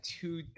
two